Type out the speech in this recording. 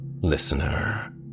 listener